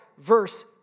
Verse